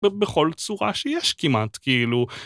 בכל צורה שיש כמעט, כאילו.